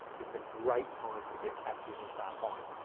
it's a great time to get active and start buying.